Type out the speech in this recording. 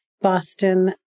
Boston